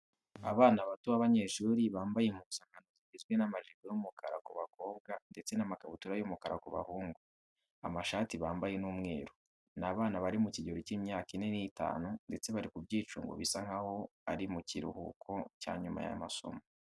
Abana bato b'abanyeshuri bambaye impuzankano zigizwe n'amajipo y'umukara ku bakobwa ndetse n'amakabutura y'umukara ku bahungu. Amashati bambaye ni umweru. Ni abana bari mu kigero cy'imyaka ine n'itanu ndetse bari ku byicungo bisa nkaho ari mu kiruhuko cya nyuma y'amasomo.